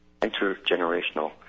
intergenerational